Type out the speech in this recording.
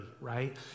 right